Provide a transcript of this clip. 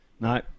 No